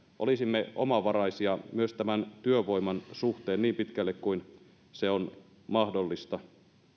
olisimme omavaraisia myös työvoiman suhteen niin pitkälle kuin se on mahdollista